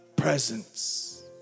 Presence